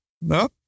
no